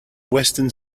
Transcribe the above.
weston